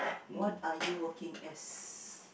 what are you working as